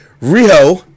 Rio